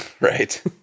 Right